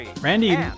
Randy